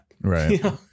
right